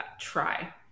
try